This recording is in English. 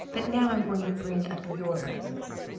but now i'm going to bring up your breakfast.